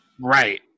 Right